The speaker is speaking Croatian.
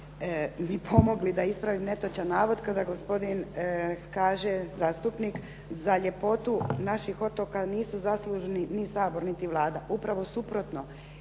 mi pomogli da ispravim netočan navod kada gospodin zastupnik kaže za ljepotu naših otoka nisu zaslužni ni Sabor niti Vlada. Upravo suprotno.